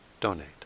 donate